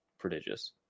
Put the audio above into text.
Prodigious